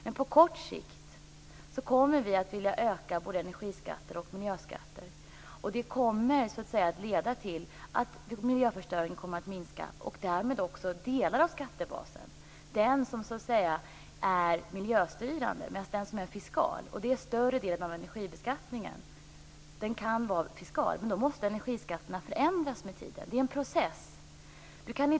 Men på kort sikt kommer vi att vilja öka både energiskatter och miljöskatter. Det kommer att leda till att miljöförstöringen kommer att minska, och därmed också delar av skattebasen. Det gäller den som är miljöstyrande. Större delen av energibeskattningen kan vara fiskal, men då måste energiskatterna förändras med tiden. Det är en process.